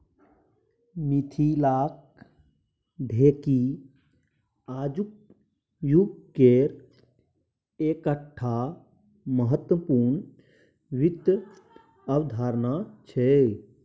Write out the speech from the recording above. मिथिलाक ढेकी आजुक युगकेर एकटा महत्वपूर्ण वित्त अवधारणा छै